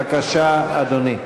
בבקשה, אדוני.